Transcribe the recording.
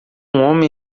homem